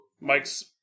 Mike's